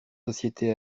sociétés